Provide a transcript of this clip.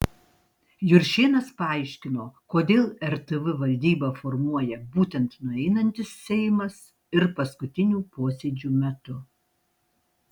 juršėnas paaiškino kodėl rtv valdybą formuoja būtent nueinantis seimas ir paskutinių posėdžių metu